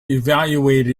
evaluate